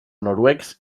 noruecs